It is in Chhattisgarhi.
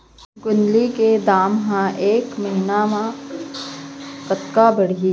गोंदली के दाम ह ऐ महीना ह कतका बढ़ही?